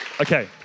Okay